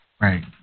right